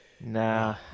Nah